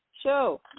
show